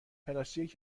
پلاستیک